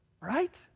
right